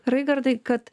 raigardai kad